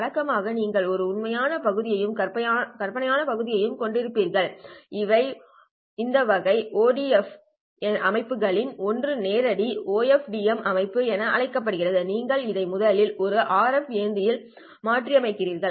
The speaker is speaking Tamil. வழக்கமாக நீங்கள் ஒரு உண்மையான பகுதியையும் கற்பனையான பகுதியையும் கொண்டிருப்பீர்கள் இந்த வகை OFDM அமைப்புகளில் ஒன்று நேரடி OFDM அமைப்பு என அழைக்கப்படுகிறது நீங்கள் இதை முதலில் ஒரு RF ஏந்தியில் மாற்றியமைக்கிறீர்கள்